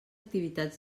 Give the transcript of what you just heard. activitats